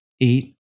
eight